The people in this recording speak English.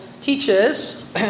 teaches